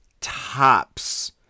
tops